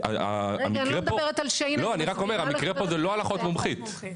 המקרה פה של שיינה זה לא על אחות מומחית.